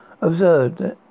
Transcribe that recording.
observed